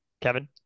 Kevin